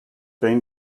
been